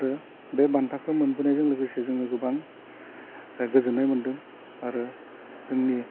आरो बे बान्थाखौ मोनबोनायजों लोगोसे जोङो गोबां गोजोन्नाय मोनदों आरो जोंनि